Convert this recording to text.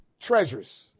treasures